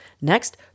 Next